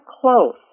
close